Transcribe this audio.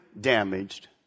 damaged